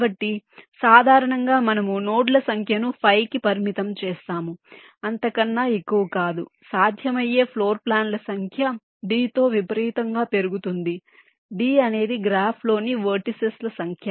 కాబట్టి సాధారణంగా మనము నోడ్ల సంఖ్యను 5 కి పరిమితం చేస్తాము అంతకన్నా ఎక్కువ కాదు సాధ్యమయ్యే ఫ్లోర్ ప్లాన్ ల సంఖ్య d తో విపరీతంగా పెరుగుతుంది d అనేది గ్రాఫ్లోని వెర్టిసిస్ సంఖ్య